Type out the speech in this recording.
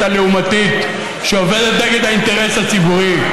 הלעומתית שעובדת נגד האינטרס הציבורי,